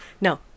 No